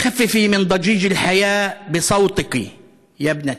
הקלי עליי את המולת החיים בקולך, בתי.